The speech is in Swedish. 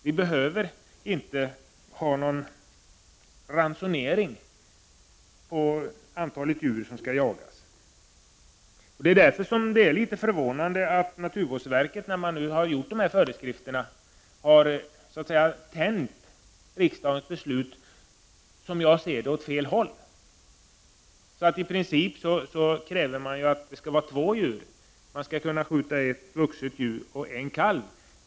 Vi behöver inte någon ransonering av antalet djur som skall jagas. Det är därför litet förvånande att naturvårdsverket nu i sina föreskrifter har tänjt riksdagens beslut i — som jag ser det — fel riktning. I princip föreskrivs att ett licensområde skall vara så stort att det där kan skjutas två djur, ett vuxet djur och en kalv.